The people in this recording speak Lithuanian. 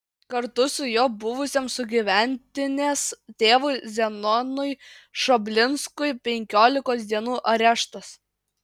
kartu su juo buvusiam sugyventinės tėvui zenonui šoblinskui penkiolikos dienų areštas